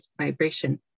vibration